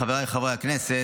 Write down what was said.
חבריי חבר הכנסת,